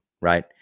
right